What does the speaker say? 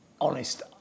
honest